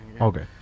Okay